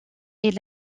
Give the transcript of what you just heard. est